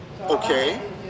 Okay